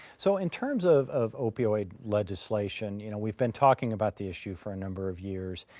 so in terms of of opioid legislation, you know we've been talking about the issue for a number of years.